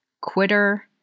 Quitter